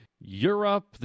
Europe